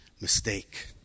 mistake